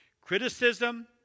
Criticism